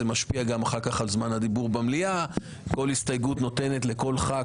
זה משפיע אחר כך על זמן הדיבור במליאה כאשר כל הסתייגות נותנת לכל חבר